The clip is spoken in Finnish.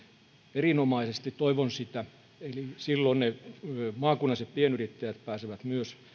erinomaisesti eli silloin maakunnalliset pienyrittäjät pääsevät myös